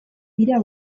dira